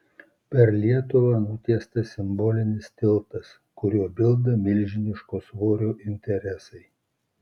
per lietuvą nutiestas simbolinis tiltas kuriuo bilda milžiniško svorio interesai